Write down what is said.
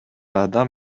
адам